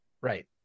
Right